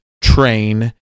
train